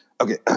okay